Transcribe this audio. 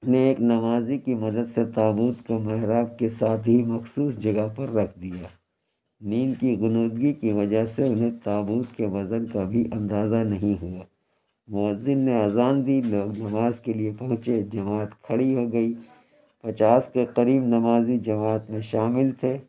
نے ایک نمازی کی مدد سے تابوت کو محراب کے ساتھ ہی مخصوص جگہ پر رکھ دیا نیند کی غنودگی کی وجہ سے وہ تابوت کے وزن کا بھی اندازہ نہیں ہُوا مؤذن نے اذان دی لوگ نماز کے لیے پہنچے جماعت کھڑی ہو گئی پچاس کے قریب نمازی جماعت میں شامل تھے